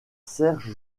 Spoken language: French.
serge